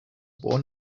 born